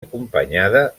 acompanyada